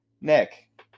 Nick